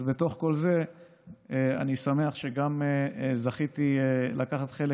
אז בתוך כל זה אני שמח שגם זכיתי לקחת חלק